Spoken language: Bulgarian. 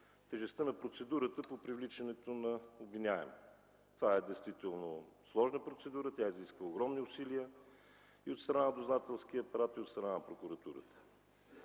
тежестта на процедурата по привличането на обвиняем. Това е действително сложна процедура. Тя изисква огромни усилия и от страна на дознателския апарат, и от страна на прокуратурата.